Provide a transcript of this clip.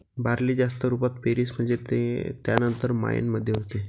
barley जास्त रुपात Paris मध्ये त्यानंतर मायेन मध्ये होते